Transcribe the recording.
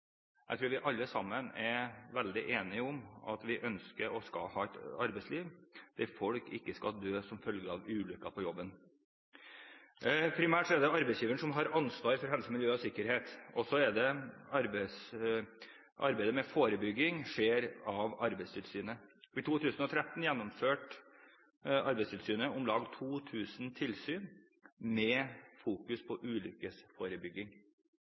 Jeg tror vi alle sammen er veldig enige om at vi ønsker å ha et arbeidsliv der folk ikke skal dø som følge av ulykker på jobben. Primært er det arbeidsgiveren som har ansvar for helse, miljø og sikkerhet. Arbeidet med forebygging gjøres av Arbeidstilsynet. I 2013 gjennomførte Arbeidstilsynet om lag 2 000 tilsyn med fokus på ulykkesforebygging.